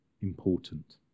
important